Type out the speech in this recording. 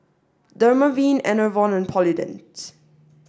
Dermaveen Enervon and Polident